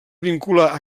vincular